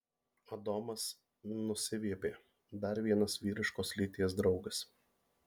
adomas nusiviepė dar vienas vyriškos lyties draugas